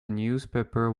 newspaper